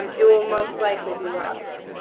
um it will most likely be lobbying.